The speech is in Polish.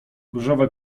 różowe